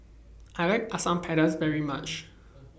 I like Asam Pedas very much